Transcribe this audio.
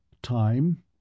Time